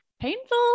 painful